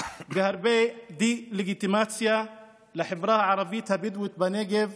והרבה דה-לגיטימציה לחברה הערבית הבדואית בנגב,